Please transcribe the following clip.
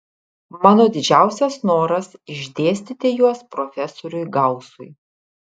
mano didžiausias noras išdėstyti juos profesoriui gausui